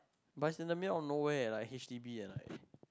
but it's in the mile of no way like H_D_B and like